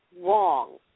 wrong